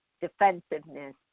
defensiveness